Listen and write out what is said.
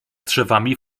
drzewami